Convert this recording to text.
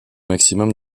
maximum